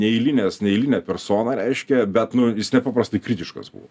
neeilinės neeilinė persona reiškia bet nu jis nepaprastai kritiškas buvo